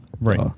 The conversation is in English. right